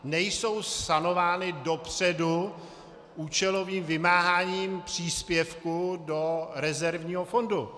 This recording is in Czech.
Nejsou sanovány dopředu účelovým vymáháním příspěvku do rezervního fondu.